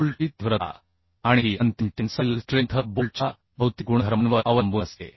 बोल्टची तीव्रता आणि ही अंतिम टेन्साइल स्ट्रेंथ बोल्टच्या भौतिक गुणधर्मांवर अवलंबून असते